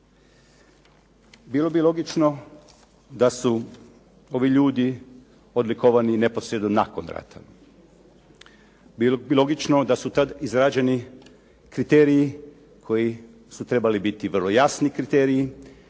Bilo bi logično da su ovi ljudi odlikovani neposredno nakon rata. Bilo bi logično da su tad izrađeni kriteriji koji su trebali biti vrlo jasni kriteriji,